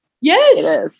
Yes